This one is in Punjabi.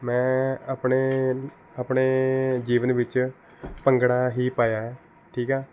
ਮੈਂ ਆਪਣੇ ਆਪਣੇ ਜੀਵਨ ਵਿੱਚ ਭੰਗੜਾ ਹੀ ਪਾਇਆ ਹੈ ਠੀਕ ਆ